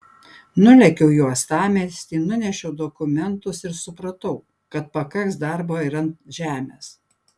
nulėkiau į uostamiestį nunešiau dokumentus ir supratau kad pakaks darbo ir ant žemės